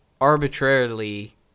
arbitrarily